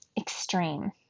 extreme